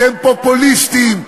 אתם פופוליסטים,